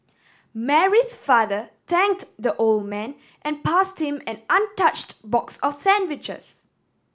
Mary's father thanked the old man and passed him an untouched box of sandwiches